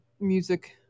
Music